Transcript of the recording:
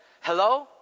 Hello